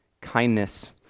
kindness